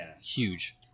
huge